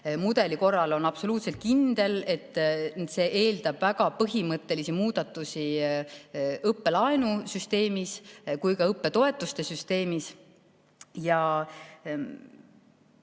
mudeli korral on absoluutselt kindel, et see eeldab väga põhimõttelisi muudatusi nii õppelaenusüsteemis kui ka õppetoetuste süsteemis.